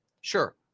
sure